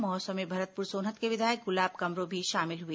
महोत्सव में भरतपुर सोनहत के विधायक गुलाब कमरो भी शामिल हुए